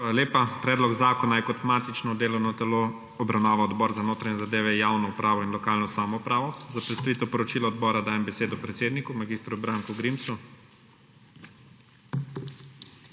lepa. Predlog zakona je kot matično delovno telo obravnaval Odbor za notranje zadeve, javno upravo in lokalno samoupravo. Za predstavitev poročila odbora dajem besedo predsedniku mag. Branku Grimsu.